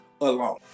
alone